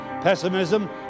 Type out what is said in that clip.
pessimism